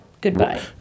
Goodbye